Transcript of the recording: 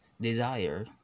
desire